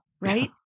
right